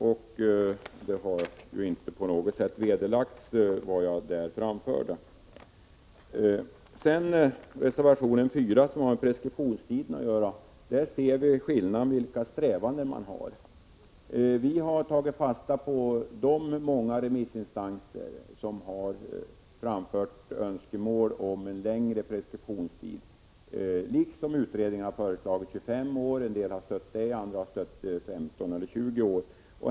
Vad jag då framförde har inte på något sätt vederlagts. Reservation 4 har med preskriptionstiden att göra. Här ser man skillnaden i våra strävanden. Miljöskadeutredningen föreslog en 25-årig preskriptionstid. Vi har tagit fasta på de många remissinstanser som har framfört önskemål om en längre preskriptionstid. En del har stött utredningens förslag. Andra har föreslagit om en preskriptionstid på 15 eller 20 år.